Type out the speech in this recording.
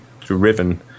driven